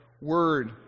word